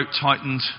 tightened